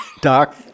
Doc